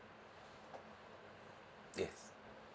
yes